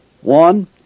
one